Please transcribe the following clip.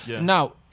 Now